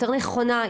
יותר נכונה,